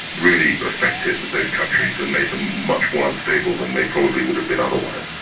really affected those countries and made them much more unstable than they probably would have been otherwise.